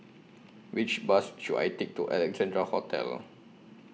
Which Bus should I Take to Alexandra Hotel